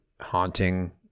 haunting